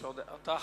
בבקשה.